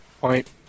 Point